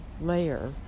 layer